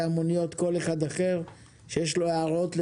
המוניות או כל אחד אחר שיש לו הערות.